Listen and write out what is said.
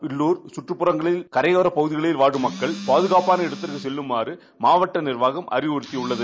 பில்லூர் சுற்றுப் பகுதிகளில் கரையோரப் பகுதியில் வாழும் மக்கள் பாதுகாப்பான இடங்களுக்குச் செல்லுமாறு மாவட்ட நிர்வாகம் அறிவுறுத்தியுள்ளது